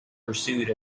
pursued